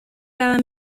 cada